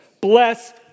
bless